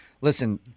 Listen